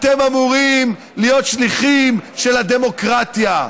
אתם אמורים להיות שליחים של הדמוקרטיה.